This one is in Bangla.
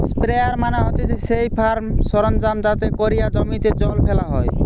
স্প্রেয়ার মানে হতিছে সেই ফার্ম সরঞ্জাম যাতে কোরিয়া জমিতে জল ফেলা হয়